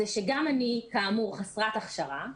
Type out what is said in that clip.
זה שגם אני כאמור, חסרת הכשרה,